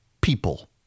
People